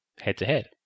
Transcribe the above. head-to-head